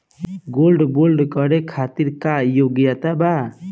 Gold bond करे खातिर का योग्यता बा?